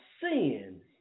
sins